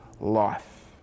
life